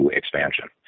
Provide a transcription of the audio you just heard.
expansion